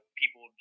people